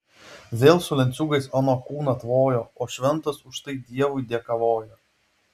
vėl su lenciūgais ano kūną tvojo o šventas už tai dievui dėkavojo